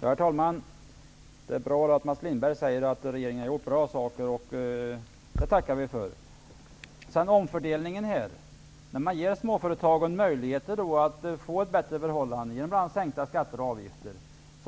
Herr talman! Det är bra då att Mats Lindberg sagt att regeringen har gjort bra saker. Det tackar vi för. När man bl.a. genom en sänkning av skatter och avgifter ger småföretagen bättre förutsättningar, är det naturligtvis